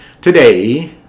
Today